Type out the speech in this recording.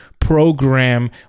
program